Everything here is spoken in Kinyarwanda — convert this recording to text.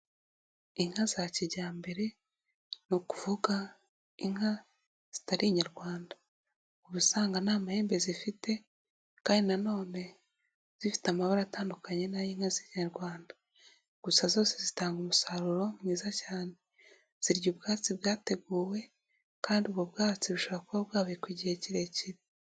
Inka za kijyambere ni ukuvuga inka zitari inyarwanda, uba usanga nta mahembe zifite kandi nanone zifite amabara atandukanye n'ay'inka z'inyarwanda, gusa zose zitanga umusaruro mwiza cyane, zirya ubwatsi bwateguwe kandi ubu bwatsi bushoboka kuba bwabikwa igihe kirekire.